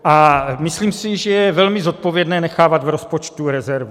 A myslím si, že je velmi zodpovědné nechávat v rozpočtu rezervu.